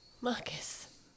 Marcus